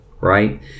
right